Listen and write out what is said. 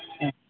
ಹ್ಞೂ